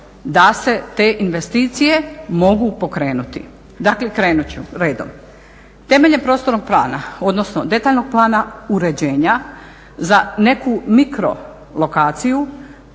da se te investicije mogu pokrenuti. Dakle, krenut ću, redom. Temeljem prostornog plana, odnosno detaljnog plana uređenja za neku mikro lokaciju